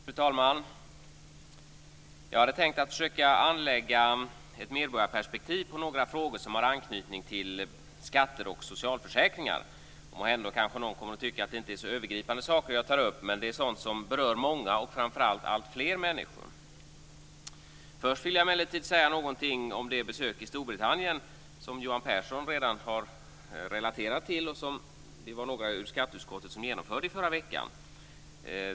Fru talman! Jag hade tänkt att försöka anlägga ett medborgarperspektiv på några frågor som har anknytning till skatter och socialförsäkringar. Måhända kanske någon kommer att tycka att det inte är så övergripande saker jag tar upp, men det är sådant som berör många och framför allt alltfler människor. Först vill jag emellertid säga någonting om det besök i Storbritannien som Johan Pehrson redan har relaterat till och som några av oss i skatteutskottet genomförde i förra veckan.